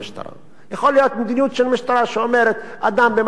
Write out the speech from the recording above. יכולה להיות מדיניות של המשטרה שאומרת: אדם במצב בריאותי קשה,